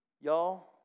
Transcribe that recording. Y'all